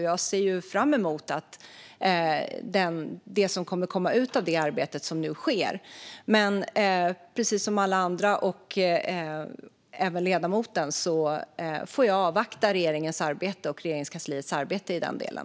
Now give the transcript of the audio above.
Jag ser fram emot det som ska komma ut av det arbete som nu sker, men precis som alla andra och även ledamoten får jag avvakta regeringens och Regeringskansliets arbete i den delen.